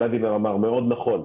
ולדימיר אמר מאוד נכון.